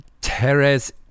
teres